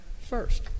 first